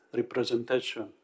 representation